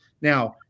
Now